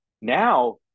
now